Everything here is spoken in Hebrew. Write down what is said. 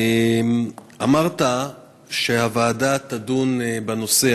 אמרת שהוועדה תדון בנושא.